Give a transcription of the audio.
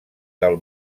del